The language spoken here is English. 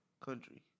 country